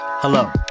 Hello